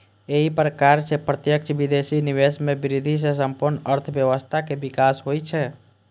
एहि प्रकार सं प्रत्यक्ष विदेशी निवेश मे वृद्धि सं संपूर्ण अर्थव्यवस्थाक विकास होइ छै